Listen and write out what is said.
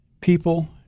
people